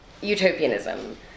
utopianism